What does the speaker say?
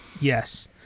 Yes